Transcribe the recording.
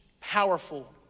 powerful